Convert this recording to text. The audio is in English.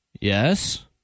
Yes